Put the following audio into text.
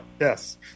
Yes